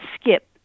skip